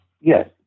Yes